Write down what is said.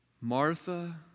Martha